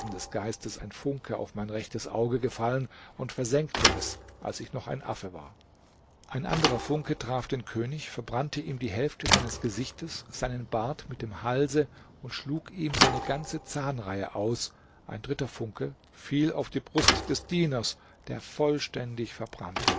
des geistes ein funke auf mein rechtes auge gefallen und versengte es als ich noch affe war ein anderer funke traf den könig verbrannte ihm die hälfte seines gesichtes seinen bart mit dem halse und schlug ihm seine ganze zahnreihe aus ein dritter funke fiel auf die brust des dieners der vollständig verbrannte